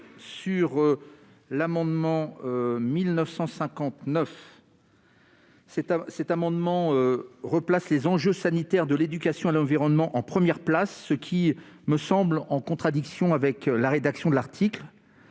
L'amendement n° 1959 rectifié tend à mettre les enjeux sanitaires de l'éducation à l'environnement en première place, ce qui me semble en contradiction avec la rédaction de l'article.